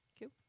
Cool